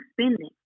spending